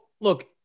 look